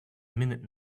minute